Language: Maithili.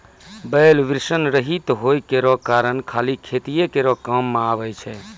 बैल वृषण रहित होय केरो कारण खाली खेतीये केरो काम मे आबै छै